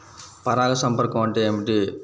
పరాగ సంపర్కం అంటే ఏమిటి?